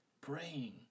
praying